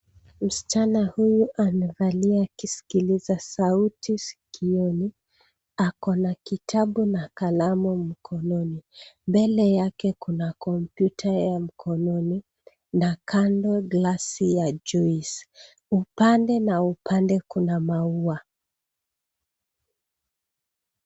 Msichana huyu amevalia kiskiza sauti sikioni. Akona kitabu na kalamu mkononi. Mbele yake kuna kompyuta ya mkononi na kando glasi ya juice .Upande na upande kuna maua.